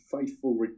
faithful